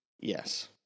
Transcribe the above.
Yes